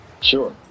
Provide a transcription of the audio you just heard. Sure